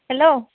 hello